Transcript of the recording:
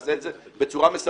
נעשה את זה בצורה מסודרת,